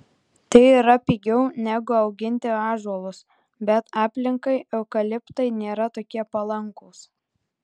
tai yra pigiau negu auginti ąžuolus bet aplinkai eukaliptai nėra tokie palankūs